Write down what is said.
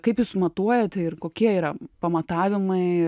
kaip jūs matuojate ir kokie yra pamatavimai